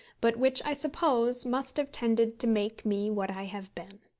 but which, i suppose, must have tended to make me what i have been.